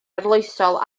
arloesol